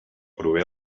prové